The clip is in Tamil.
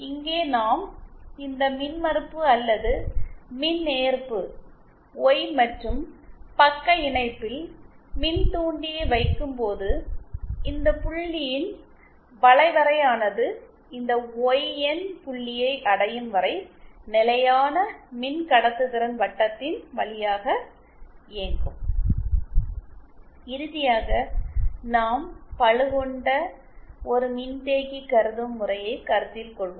இங்கே நாம் இந்த மின்மறுப்பு அல்லது மின்ஏற்பு ஒய் மற்றும் பக்க இணைப்பில் மின்தூண்டியை வைக்கும் போது இந்த புள்ளியின் வளைவரையானது இந்த ஒய்என் புள்ளியை அடையும் வரை நிலையான மின்கடத்துதிறன் வட்டத்தின் வழியாக இயங்கும் இறுதியாக நாம் பளு கொண்ட ஒரு மின்தேக்கி கருதும் முறையை கருத்தில் கொள்வோம்